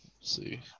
see